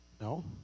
No